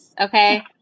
okay